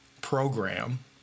program